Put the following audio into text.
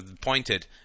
pointed